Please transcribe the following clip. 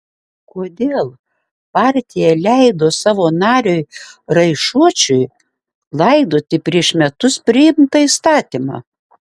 kodėl partija leido savo nariui raišuočiui laidoti prieš metus priimtą įstatymą